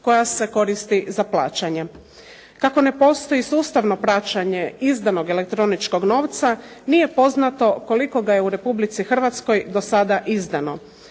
koja se koristi za plaćanje. Kako ne postoji sustavno praćenje izdanog električnog novca, nije poznato koliko ga je u Republici Hrvatskoj do sada izdano.